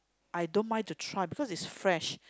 I don't mind to try because is fresh